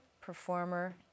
performer